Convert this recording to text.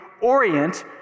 orient